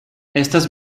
estas